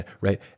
Right